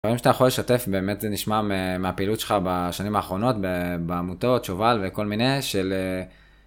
דברים שאתה יכול לשתף באמת זה נשמע מהפעילות שלך בשנים האחרונות בעמותות שובל וכל מיני של.